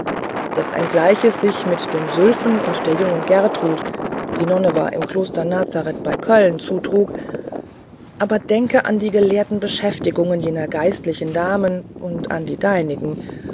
daß ein gleiches sich mit einem sylphen und der jungen gertrud die nonne war im kloster nazareth bei köln zutrug aber denke an die gelehrten beschäftigungen jener geistlichen damen und an die deinigen